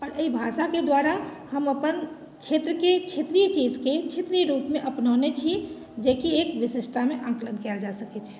आओर एहि भाषाके द्वारा हम अपन क्षेत्रके क्षेत्रिय चीजके क्षेत्रिय रूपमे अपनौने छी जेकि एक विशिष्टतामे आँकलन कएल जा सकैत छै